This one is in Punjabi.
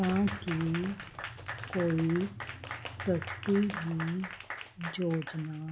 ਤਾਂ ਕਿ ਕੋਈ ਸਸਤੀ ਜਿਹੀ ਯੋਜਨਾ